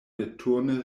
returne